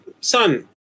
son